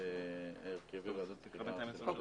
גם כאן, בהסכם קיבוצי ובהסדרים קיבוציים